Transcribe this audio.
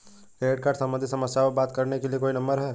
Credit card सम्बंधित समस्याओं पर बात करने के लिए कोई नंबर है?